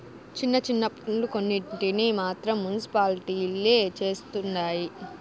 చిన్న చిన్న పన్నులు కొన్నింటిని మాత్రం మునిసిపాలిటీలే చుస్తండాయి